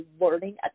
learning